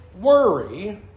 worry